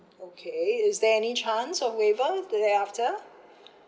okay is there any chance of waiver there after